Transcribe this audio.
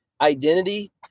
identity